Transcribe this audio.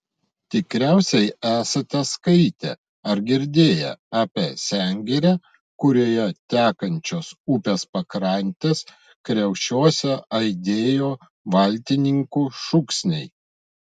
tikriausiai esate skaitę ar girdėję apie sengirę kurioje tekančios upės pakrantės kriaušiuose aidėjo valtininkų šūksniai